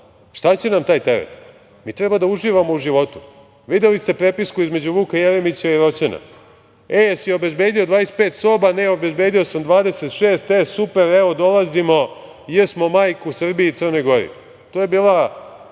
Šta će nam taj teret? Mi treba da uživamo u životu. Videli ste prepisku između Vuka Jeremića i Roćena - e jesi obezbedio 25 soba, ne obezbedio sam 26, e super, evo dolazimo, j smo majku u Srbiji i Crnoj Gori. To je bila